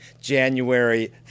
January